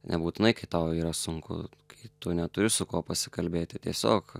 nebūtinai kai tau yra sunku kai tu neturi su kuo pasikalbėti tiesiog